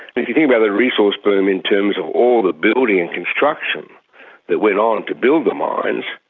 but if you think about the resource boom in terms of all the building and construction that went on to build the mines,